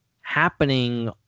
happening